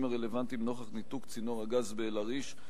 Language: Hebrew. הרלוונטיים נוכח ניתוק צינור הגז באל-עריש,